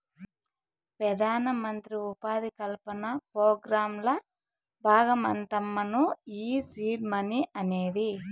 పెదానమంత్రి ఉపాధి కల్పన పోగ్రాంల బాగమంటమ్మను ఈ సీడ్ మనీ అనేది